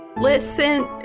listen-